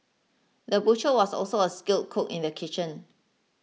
the butcher was also a skilled cook in the kitchen